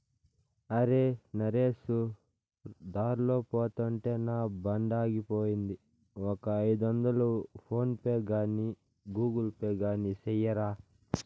అరే, నరేసు దార్లో పోతుంటే నా బండాగిపోయింది, ఒక ఐదొందలు ఫోన్ పే గాని గూగుల్ పే గాని సెయ్యరా